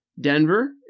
Denver